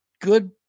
good